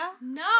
No